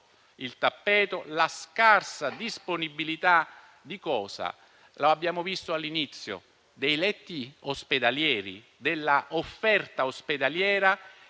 il tappeto la scarsa disponibilità - lo abbiamo visto all'inizio - dei letti ospedalieri, dell'offerta ospedaliera